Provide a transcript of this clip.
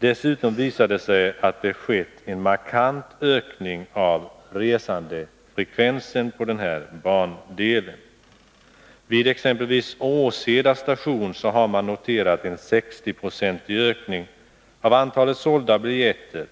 Dessutom visar det sig att det skett en markant ökning av resandefrekvensen på den här bandelen. Vid exempelvis Åseda station har man noterat en 60-procentig ökning av antalet sålda biljetter